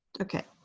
ok.